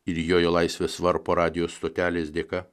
ir jo jo laisvės varpo radijo stotelės dėka